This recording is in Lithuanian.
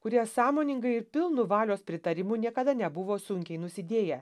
kurie sąmoningai ir pilnu valios pritarimu niekada nebuvo sunkiai nusidėję